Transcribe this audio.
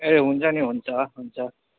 ए हुन्छ नि हुन्छ हुन्छ